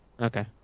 Okay